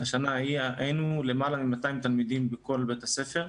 היו יותר מ-200 תלמידים בכל בית הספר.